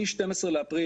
מ-12 לאפריל,